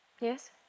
Yes